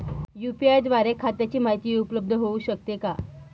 UPI द्वारे खात्याची माहिती उपलब्ध होऊ शकते का?